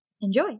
Enjoy